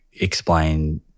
explain